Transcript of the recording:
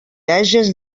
hages